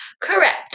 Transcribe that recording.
Correct